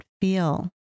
feel